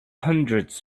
hundreds